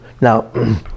Now